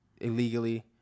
Illegally